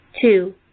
Two